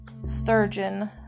Sturgeon